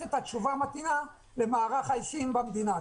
את התשובה המתאימה למערך ההיסעים במדינה.